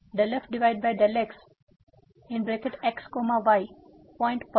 ∂f∂x x y point પર